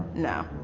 no.